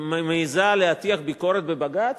מעזה להטיח ביקורת בבג"ץ?